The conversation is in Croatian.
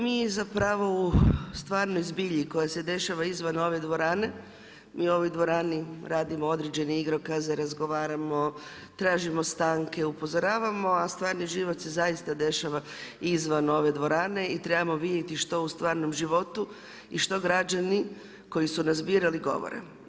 Mi zapravo u stvarnoj zbilji koja se dešava izvan ove dvorane, mi u ovoj dvorani radimo određene igrokaze, razgovaramo, tražimo stanke, upozoravamo, a stvarni život se zaista dešava izvan ove dvorane i trebamo vidjeti što u stvarnom životu i što građani koji su nas birali govore.